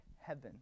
heaven